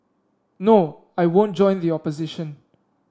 no I won't join the opposition